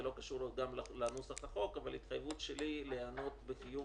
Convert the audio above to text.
זה לא קשור לנוסח החוק אבל התחייבות שלי להיענות בחיוב